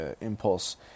impulse